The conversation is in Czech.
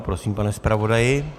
Prosím, pane zpravodaji.